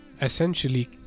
essentially